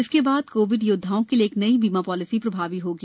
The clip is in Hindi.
इसके बाद कोविड योद्वाओं के लिए एक नई बीमा पॉलिसी प्रभावी होगी